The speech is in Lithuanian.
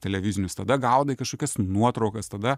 televizinius tada gaudai kažkokias nuotraukas tada